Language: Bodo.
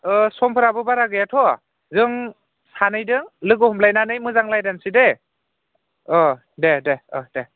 समफोराबो बारा गैयाथ' जों सानैदों लोगो हमलायनानै मोजां रायज्लायनोसै दे दे दे दे